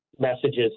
messages